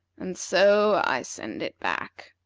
and so i send it back.